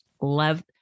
love